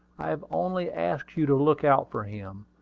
i have only asked you to look out for him,